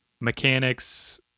mechanics